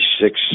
six